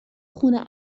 خونه